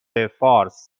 فارس